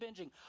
binging